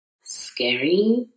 scary